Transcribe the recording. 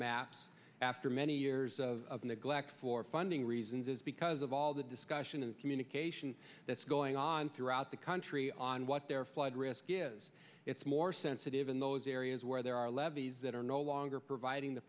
maps after many years of neglect for funding reasons is because of all the discussion and communication that's going on throughout the country on what their flood risk is it's more sensitive in those areas where there are levees that are no longer providing the